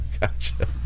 Gotcha